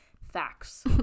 facts